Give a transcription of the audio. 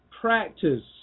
practice